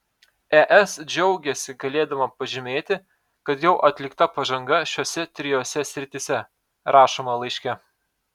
es džiaugiasi galėdama pažymėti kad jau atlikta pažanga šiose trijose srityse rašoma laiške